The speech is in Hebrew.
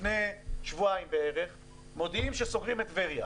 לפני כשבועיים מודיעים שסוגרים את טבריה,